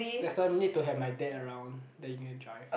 that's why need to have my dad around then you can drive